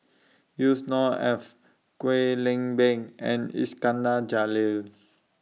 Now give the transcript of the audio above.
Yusnor Ef Kwek Leng Beng and Iskandar Jalil